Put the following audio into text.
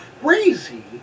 crazy